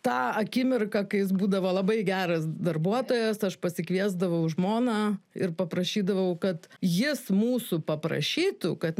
tą akimirką kai jis būdavo labai geras darbuotojas aš pasikviesdavau žmoną ir paprašydavau kad jis mūsų paprašytų kad